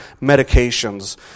medications